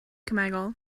cemegol